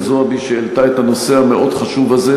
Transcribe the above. זועבי שהעלתה את הנושא המאוד-חשוב הזה,